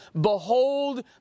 behold